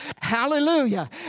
Hallelujah